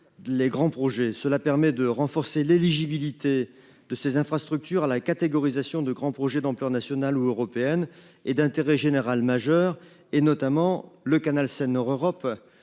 Les grands projets, cela permet de renforcer l'éligibilité de ces infrastructures à la catégorisation de grands projets d'ampleur nationale ou européenne et d'intérêt général majeur et notamment le canal Seine Nord Europe